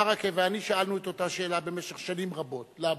ברכה ואני שאלנו את אותה שאלה במשך שנים רבות: למה?